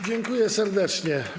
Dziękuję serdecznie.